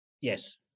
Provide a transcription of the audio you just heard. Yes